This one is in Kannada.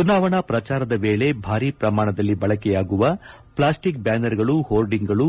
ಚುನಾವಣಾ ಪ್ರಚಾರದ ವೇಳೆ ಭಾರೀ ಪ್ರಮಾಣದಲ್ಲಿ ಬಳಕೆಯಾಗುವ ಪ್ಲಾಸ್ಟಿಕ್ ಬ್ಯಾನರ್ಗಳು ಹೋರ್ಡಿಂಗ್ಗಳು